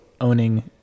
owning